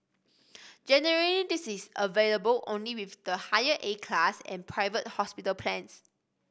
generally this is available only with the higher A class and private hospital plans